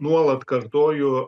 nuolat kartoju